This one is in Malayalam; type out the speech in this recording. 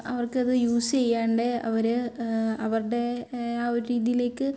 അവർക്കത് യൂസ് ചെയ്യാണ്ടെ അവർ അവരുടെ ആ ഒരു രീതിയിലേക്ക്